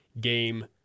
game